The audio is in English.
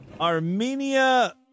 Armenia